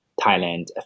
Thailand